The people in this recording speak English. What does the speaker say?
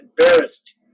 embarrassed